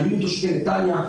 אלימות תושבי נתניה.